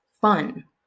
fun